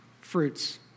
fruits